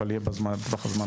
אבל יהיה בזמן הקרוב.